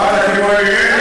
מה, אתה כמו אלי לוי מלהבים?